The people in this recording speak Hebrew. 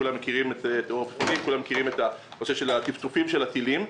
כולם מכירים את נושא הטפטופים של הטילים.